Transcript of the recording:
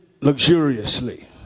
luxuriously